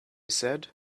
said